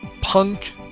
punk